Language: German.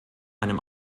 einem